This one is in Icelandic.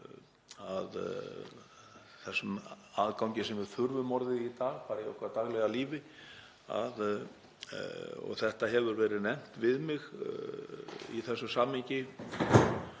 að þessum aðgangi sem við þurfum orðið í dag, bara í okkar daglega lífi. Þetta hefur verið nefnt við mig í þessu samhengi.